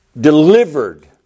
delivered